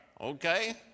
okay